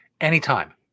Anytime